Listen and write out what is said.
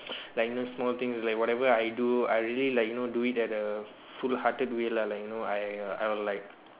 like you know small things like whatever I do I really like you know do it at the full hearted way lah like you know I will like